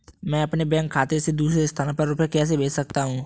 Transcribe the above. मैं अपने बैंक खाते से दूसरे स्थान पर रुपए कैसे भेज सकता हूँ?